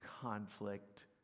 conflict